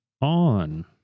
On